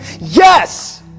Yes